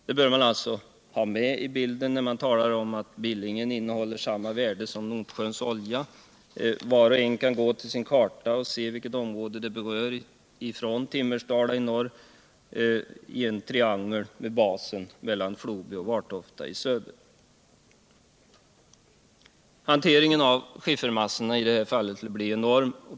Det bör man ha med i bilden när man talar om att Billingen innehåller samma värden som Nordsjöns olja. Var och en kan gå till sin karta och se vilket område som berörs. Från Timmersdala i norr bildar det en triangel med basen mellan Floby och Vartofta i söder. Hanteringen av skiffermassorna i det här fallet skulle bli enorm.